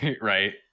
right